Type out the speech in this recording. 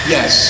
Yes